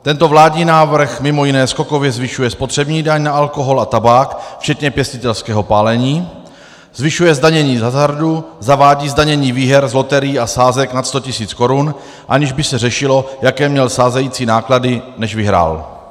Tento vládní návrh mimo jiné skokově zvyšuje spotřební daň na alkohol a tabák včetně pěstitelského pálení, zvyšuje zdanění z hazardu, zavádí zdanění výher z loterií a sázek nad 100 tisíc korun, aniž by se řešilo, jaké měl sázející náklady, než vyhrál.